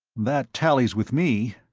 that tallies with me.